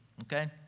okay